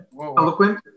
eloquent